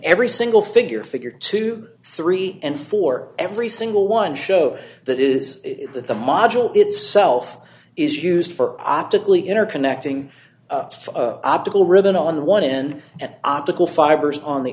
every single figure figure to three and for every single one show that is that the module itself is used for optically interconnecting of optical ribbon on one end and optical fibers on the